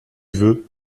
veux